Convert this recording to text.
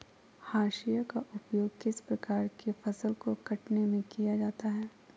हाशिया का उपयोग किस प्रकार के फसल को कटने में किया जाता है?